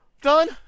Done